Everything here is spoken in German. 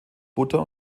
butter